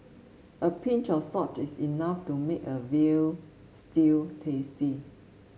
a pinch of salt is enough to make a veal stew tasty